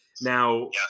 now